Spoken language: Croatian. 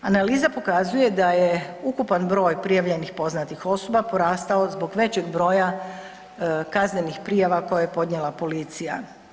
Analiza pokazuje da je ukupan broj prijavljenih poznatih osoba porastao zbog većeg broja kaznenih prijava koje je podnijela policija.